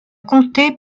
compté